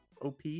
OP